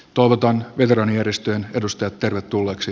toivotan veteraanijärjestöjen edustajat tervetulleiksi